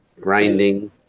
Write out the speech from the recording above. grinding